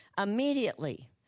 immediately